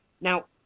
Now